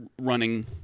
running